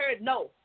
no